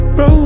Bro